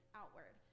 outward